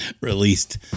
released